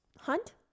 Hunt